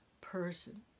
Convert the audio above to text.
person